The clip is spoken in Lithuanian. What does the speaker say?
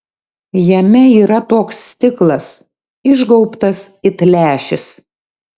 jame yra toks stiklas išgaubtas it lęšis